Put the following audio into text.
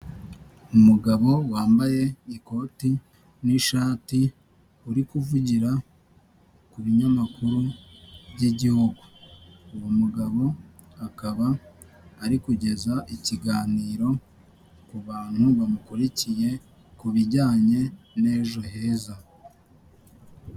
Umugabo wambaye ikoti n'ishati, uri kuvugira ku binyamakuru by'igihugu. uwo mugabo akaba ari kugeza ikiganiro kubantu bamukurikiye ku bijyanye n'ejo heza.